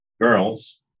girls